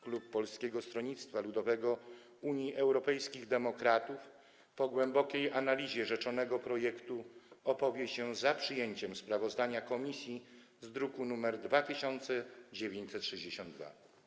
Klub Polskiego Stronnictwa Ludowego - Unii Europejskich Demokratów po głębokiej analizie rzeczonego projektu opowiada się za przyjęciem sprawozdania komisji z druku nr 2962.